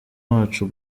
wacu